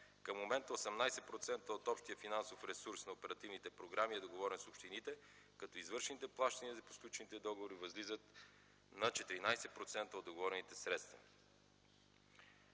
Към момента 18% от общия финансов ресурс на оперативните програми е договорен с общините, като извършените плащания за сключените договори възлизат на 14% от договорените средства.